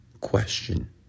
question